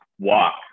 walk